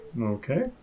Okay